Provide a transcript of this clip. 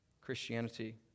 Christianity